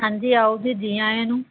ਹਾਂਜੀ ਆਓ ਜੀ ਜੀ ਆਇਆਂ ਨੂੰ